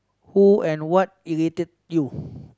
who and what irritate you